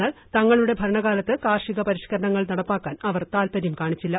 എന്നാൽ തങ്ങളുടെ ഭരണകാലത്ത് കാർഷിക പരിഷ്ക്കരണങ്ങൾ നടപ്പാക്കാൻ അവർ താല്പര്യം കാണിച്ചില്ല